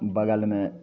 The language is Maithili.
बगलमे